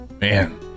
Man